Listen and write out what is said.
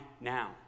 now